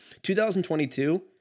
2022